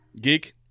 Geek